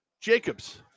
Jacobs